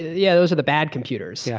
yeah those are the bad computers. yeah